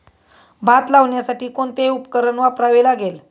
भात लावण्यासाठी कोणते उपकरण वापरावे लागेल?